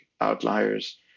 outliers